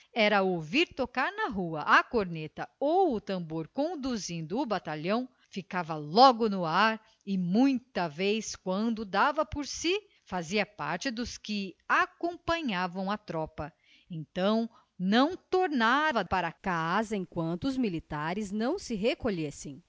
ouvir tocar na rua a corneta ou o tambor conduzindo o batalhão ficava logo no ar e muita vez quando dava por si fazia parte dos que acompanhavam a tropa então não tornava para casa enquanto os militares neo se recolhessem